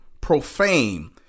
profane